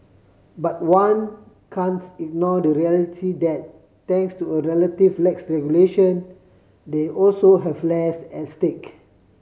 but one can't ignore the reality that thanks to a relative lax regulation they also have less at stake